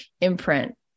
imprint